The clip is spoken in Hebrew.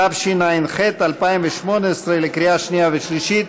התשע"ח 2018, בקריאה שנייה ושלישית.